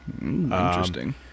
Interesting